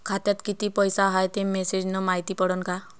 खात्यात किती पैसा हाय ते मेसेज न मायती पडन का?